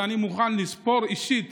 ואני מוכן לספור אישית